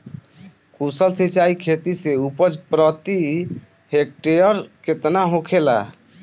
कुशल सिंचाई खेती से उपज प्रति हेक्टेयर केतना होखेला?